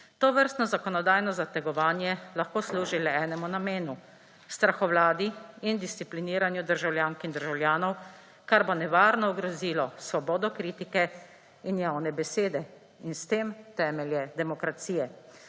Tovrstno zakonodajno zategovanje lahko služi le enemu namenu – strahovladi in discipliniranju državljank in državljanov, kar bo nevarno ogrozilo svobodo kritike in javne besede in s tem temelje demokracije.